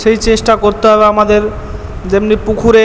সেই চেষ্টা করতে হবে আমাদের যেমনি পুকুরে